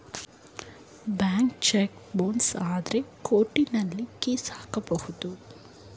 bank check bounce ಆದ್ರೆ ಕೋರ್ಟಲ್ಲಿ case ಹಾಕಬಹುದು